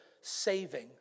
saving